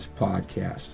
podcast